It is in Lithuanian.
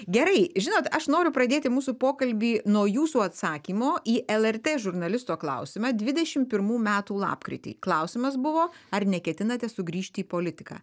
gerai žinot aš noriu pradėti mūsų pokalbį nuo jūsų atsakymo į lrt žurnalisto klausimą dvidešim pirmų metų lapkritį klausimas buvo ar neketinate sugrįžti į politiką